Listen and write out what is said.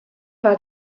war